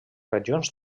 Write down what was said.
regions